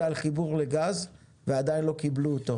על חיבור לגז ועדיין לא קיבלו אותו.